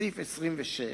בסעיף 26,